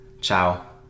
Ciao